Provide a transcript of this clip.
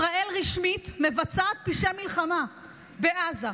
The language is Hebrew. ישראל רשמית מבצעת פשעי מלחמה בעזה.